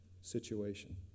situation